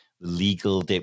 legal